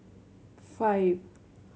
five